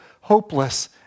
hopeless